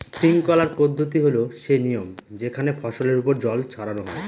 sprinkler পদ্ধতি হল সে নিয়ম যেখানে ফসলের ওপর জল ছড়ানো হয়